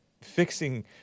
fixing